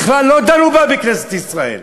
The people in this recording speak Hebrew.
בכלל לא דנו בהם בכנסת ישראל.